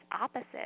opposite